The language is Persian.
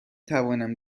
توانم